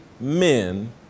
men